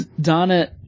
Donna